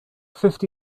fifty